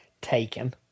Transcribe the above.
taken